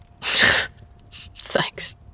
Thanks